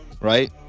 Right